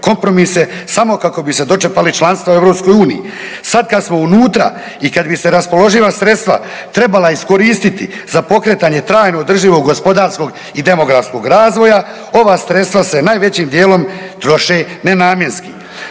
kompromise samo kako bi se dočepali članstva u EU. Sad kad smo unutra i kad bi se raspoloživa sredstava trebala iskoristiti za pokretanje trajno održivog gospodarskog i demografskog razvoja ova sredstva se najvećim dijelom troše nenamjenski.